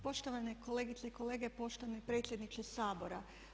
Poštovane kolegice i kolege, poštovani predsjedniče Sabora.